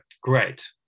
Great